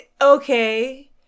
Okay